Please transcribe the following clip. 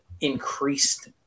increased